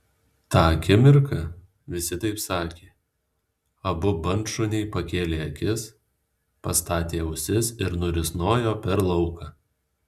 tą akimirką visi taip sakė abu bandšuniai pakėlė akis pastatė ausis ir nurisnojo per lauką